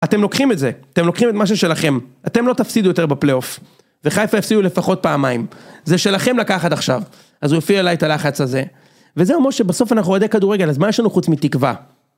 אתם לוקחים את זה, אתם לוקחים את מה ששלכם, אתם לא תפסידו יותר בפלי אוף וחיפה יפסידו לפחות פעמיים זה שלכם לקחת עכשיו אז הוא יפעיל עלי את הלחץ הזה וזהו משה, בסוף אנחנו אוהדי כדורגל אז מה יש לנו חוץ מתקווה